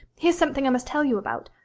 here's something i must tell you about.